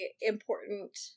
important